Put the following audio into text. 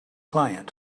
client